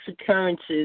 occurrences